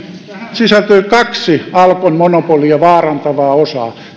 sisältyy kaksi alkon monopolia vaarantavaa osaa